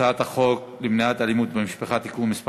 הצעת חוק למניעת אלימות במשפחה (תיקון מס'